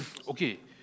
okay